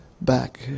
back